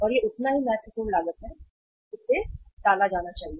और यह उतना ही महत्वपूर्ण लागत है इसे टाला जाना चाहिए